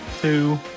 two